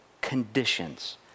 conditions